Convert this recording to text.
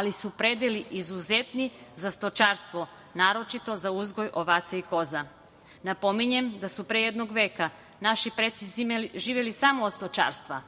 ali su predeli izuzetni za stočarstvo, naročito za uzgoj ovaca i koza. Napominjem da su pre jednog veka naši preci živeli samo od stočarstva,